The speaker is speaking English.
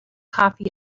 coffee